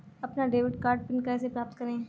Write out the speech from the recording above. अपना debit card PIN कैसे प्राप्त करें?